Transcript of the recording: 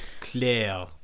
Claire